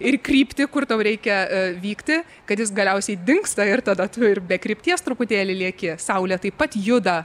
ir kryptį kur tau reikia vykti kad jis galiausiai dingsta ir tada tu ir be krypties truputėlį lieki saulė taip pat juda